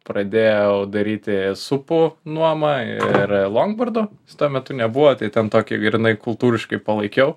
pradėjau daryti supų nuomą ir longbordų tuo metu nebuvo tai ten tokį grynai kultūriškai palaikiau